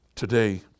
Today